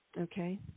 Okay